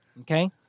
okay